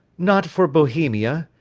not for bohemia,